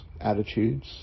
attitudes